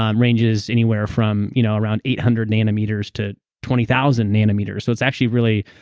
um ranges anywhere from you know around eight hundred nanometers to twenty thousand nanometers. so it's actually really,